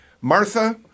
Martha